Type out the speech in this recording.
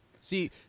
See